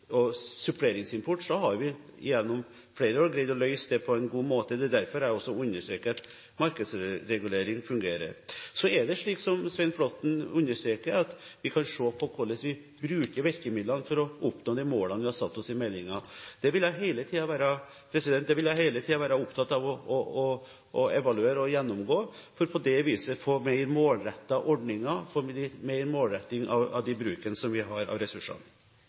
suppleringsimport har vi gjennom flere år greid å løse dette på en god måte. Det er derfor jeg understreker at markedsregulering fungerer. Så er det slik som Svein Flåtten understreker, at vi kan se på hvordan vi bruker virkemidlene for å oppnå de målene vi har satt oss i meldingen. Det vil jeg hele tiden være opptatt av å evaluere og gjennomgå for på det viset å få mer målrettede ordninger, få mer målretting av den bruken vi har av